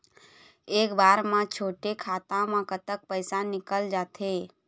एक बार म छोटे खाता म कतक पैसा निकल जाथे?